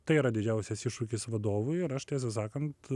tai yra didžiausias iššūkis vadovui ir aš tiesą sakant